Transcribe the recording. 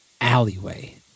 alleyway